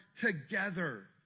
together